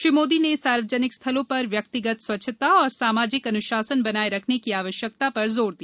श्री मोदी ने सार्वजनिक स्थलों पर व्यक्तिगत स्वच्छता और सामाजिक अनुशासन बनाए रखने की आवश्यकता पर जोर दिया